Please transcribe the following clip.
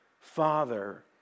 Father